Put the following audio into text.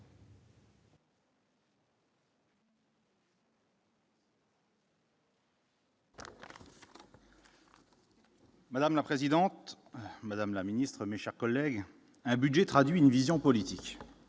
Madame la présidente, madame la ministre, mes chers collègues, un budget traduit une vision politique,